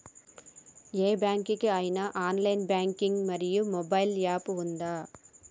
ఏ bank కి ఐనా online banking మరియు మొబైల్ యాప్ ఉందా?